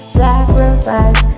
sacrifice